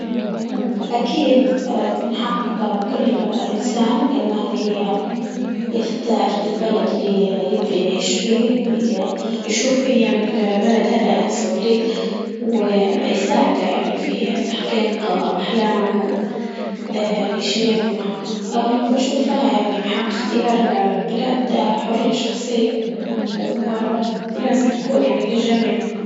أكيد من حق كل إنسان إنه ي- يختار البلد اللي يبي يعيش فيه، وي- يشوف فيه يعني البلد هادا أنسب ليه ويساعده يعني في تحقيق أحلامه و ولشن يطمح، بنشوفها يعني حق اختيار البلد حرية شخصية و- لازم تكون للجميع.